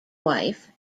wife